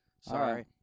Sorry